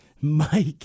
Mike